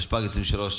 התשפ"ג 2023,